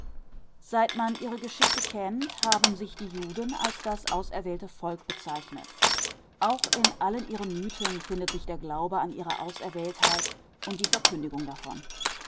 seit man ihre geschichte kennt haben sich die juden als das auserwählte volk bezeichnet auch in allen ihren mythen findet sich der glaube an ihre auserwähltheit und die verkündigung davon